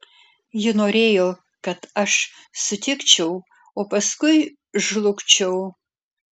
ji norėjo kad aš sutikčiau o paskui žlugčiau